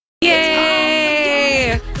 Yay